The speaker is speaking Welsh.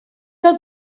gael